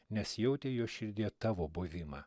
nes jautė jo širdyje tavo buvimą